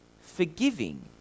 forgiving